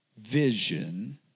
vision